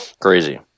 Crazy